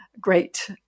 great